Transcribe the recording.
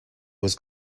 was